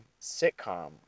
sitcom